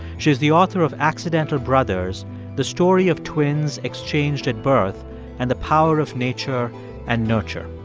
she is the author of accidental brothers the story of twins exchanged at birth and the power of nature and nurture.